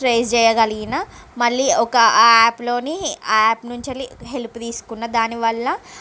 trace చెయ్యగలిగిన మళ్ళీ ఒక యాప్ లోని ఆ యాప్ నుంచి వెళ్ళి హెల్ప్ తీసుకున్న దాని వల్ల